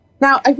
now